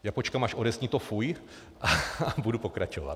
Já počkám, až odezní to fuj, a budu pokračovat.